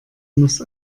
muss